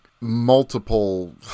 multiple